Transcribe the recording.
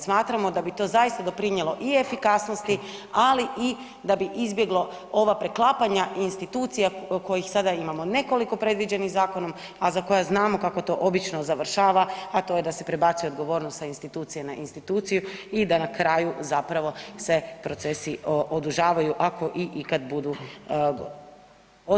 Smatramo da bi to zaista doprinjelo i efikasnosti, ali i da bi izbjeglo ova preklapanja institucija kojih sada imamo nekoliko predviđenih zakonom, a za koje znamo kako to obično završava, a to je da se prebacuje odgovornost sa institucije na instituciju i da na kraju zapravo se procesi odužavaju ako i ikad budu gotovi.